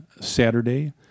Saturday